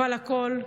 אבל הכול,